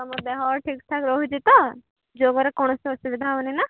ତୁମ ଦେହ ଠିକ୍ ଠାକ୍ ରହୁଛି ତ ଯୋଗରେ କୌଣସି ଅସୁବିଧା ହେଉନି ନା